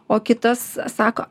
o kitas sako